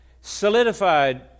solidified